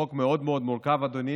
זה חוק מאוד מאוד מורכב, אדוני,